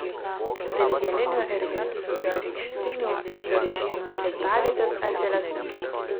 dilgėlinių ir vingiorykštinių beržynų kirtavietės atželia sunkiau